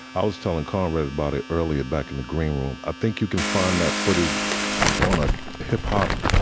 i was telling karl rove about it earlier. back in the green room. i think you can find that footage on a hip hop.